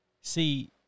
See